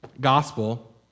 gospel